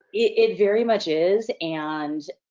it very much is. and,